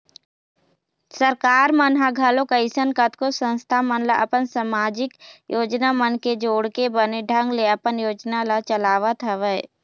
सरकार मन ह घलोक अइसन कतको संस्था मन ल अपन समाजिक योजना मन ले जोड़के बने ढंग ले अपन योजना ल चलावत हवय